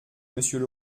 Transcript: monsieur